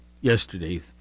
yesterday